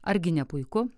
argi nepuiku